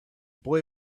boy